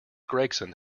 gregson